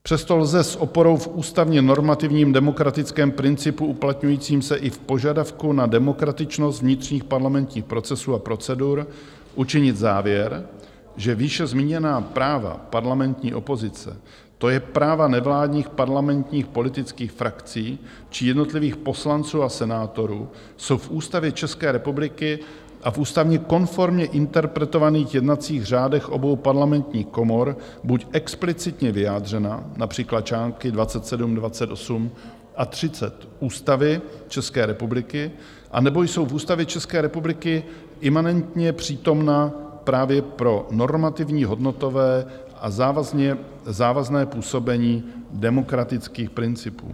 Přesto lze s oporou v ústavně normativním demokratickém principu uplatňujícím se i v požadavku na demokratičnost vnitřních parlamentních procesů a procedur učinit závěr, že výše zmíněná práva parlamentní opozice, to je práva nevládních parlamentních politických frakcí či jednotlivých poslanců a senátorů, jsou v Ústavě České republiky a v ústavně konformně interpretovaných jednacích řádech obou parlamentních komor buď explicitně vyjádřena, například články 27, 28 a 30 Ústavy České republiky, anebo jsou v Ústavě České republiky imanentně přítomna právě pro normativní, hodnotové a závazné působení demokratických principů.